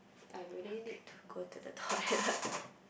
I really need to go to the toilet